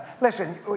Listen